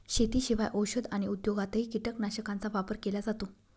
शेतीशिवाय औषध आणि उद्योगातही कीटकनाशकांचा वापर केला जातो